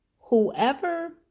whoever